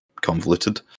convoluted